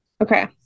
Okay